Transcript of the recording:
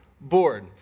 board